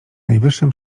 najwyższym